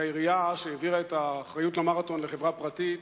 והעירייה, שהעבירה את האחריות למרתון לחברה פרטית,